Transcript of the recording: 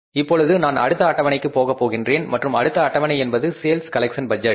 இப்பொழுது நான் அடுத்த அட்டவணைக்கு போக இருக்கின்றேன் மற்றும் அடுத்த அட்டவணை என்பது சேல்ஸ் கலெக்ஷன் பட்ஜெட்